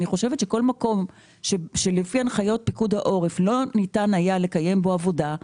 ואני חושבת שבכל מקום בו לא ניתן היה לקיים בו עבודה,